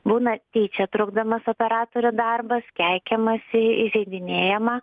būna tyčia trukdomas operatorių darbas keikiamasi įžeidinėjama